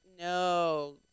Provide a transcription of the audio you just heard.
no